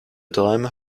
dreimal